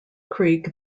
creek